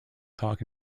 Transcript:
talk